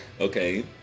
Okay